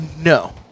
No